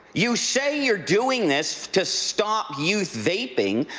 you say you're doing this to stop youth vaping.